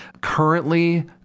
Currently